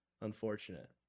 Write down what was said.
Unfortunate